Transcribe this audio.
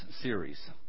series